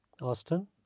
Austin